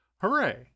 Hooray